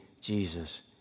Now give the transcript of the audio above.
Jesus